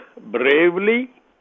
bravely